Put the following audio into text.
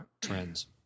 trends